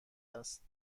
است